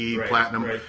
platinum